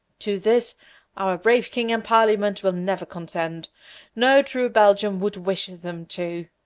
to this our brave king and parliament will never consent no true belgian would wish them to.